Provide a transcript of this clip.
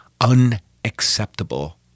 unacceptable